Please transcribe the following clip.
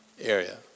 area